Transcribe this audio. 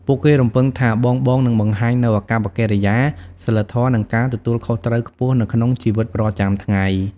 ពួកគេរំពឹងថាបងៗនឹងបង្ហាញនូវអាកប្បកិរិយា សីលធម៌ និងការទទួលខុសត្រូវខ្ពស់នៅក្នុងជីវិតប្រចាំថ្ងៃ។